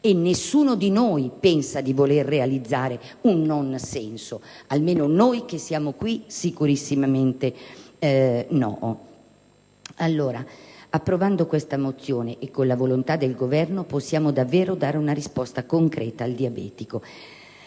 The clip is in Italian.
e nessuno di noi pensa di voler realizzare un nonsenso, almeno, sicuramente, noi che siamo qui. Approvando questa mozione, e con la volontà del Governo, possiamo davvero dare una risposta concreta al diabetico